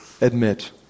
admit